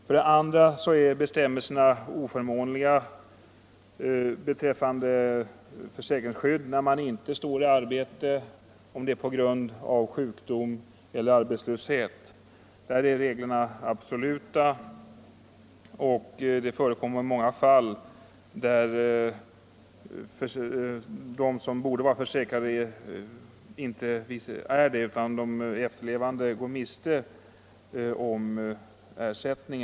För det andra är bestämmelserna oförmånliga för dem som inte är i arbete på grund av sjukdom eller arbetslöshet. Där är reglerna absoluta. Det förekommer många fall då personer som borde vara försäkrade inte är det, utan de efterlevande går miste om ersättning.